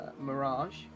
mirage